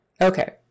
Okay